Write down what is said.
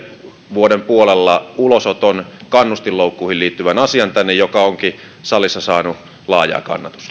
vuoden puolella ulosoton kannustinloukkuihin liittyvän asian tänne joka onkin salissa saanut laajaa